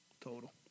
total